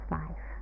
life